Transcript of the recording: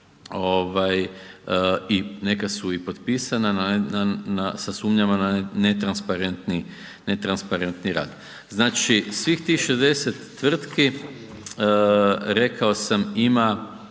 i neka su i potpisana sa sumnjama na netransparentni rad. Znači svih tih 60 tvrtki rekao sam, ima